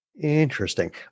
interesting